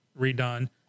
redone